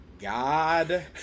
God